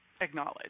acknowledge